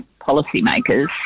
policymakers